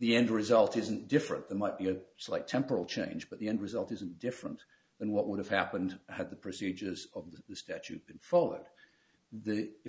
the end result isn't different than might be a slight temporal change but the end result isn't different than what would have happened had the procedures of the statute that followed the if